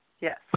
Yes